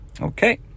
Okay